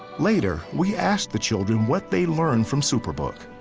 later, we asked the children what they learned from superbook.